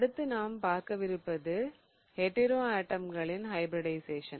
அடுத்து நாம் பார்க்கவிருப்பது ஹெட்டிரோஆட்டம்களின் ஹைபிரிடிஷயேசன்